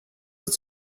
its